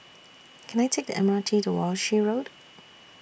Can I Take The M R T to Walshe Road